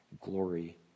glory